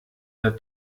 der